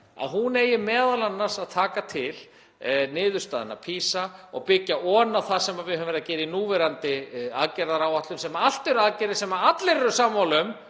að hún eigi m.a. að taka til niðurstaðna PISA og byggja ofan á það sem við höfum verið að gera í núverandi aðgerðaáætlun, sem allt eru aðgerðir sem allir eru sammála